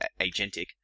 agentic